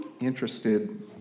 interested